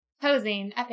posing